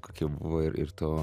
kokie buvo ir ir to